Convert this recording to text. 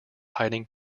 hiding